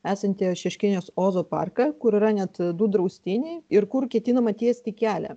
esantį šeškinės ozo parką kur yra net du draustiniai ir kur ketinama tiesti kelią